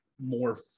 more